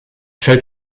fällt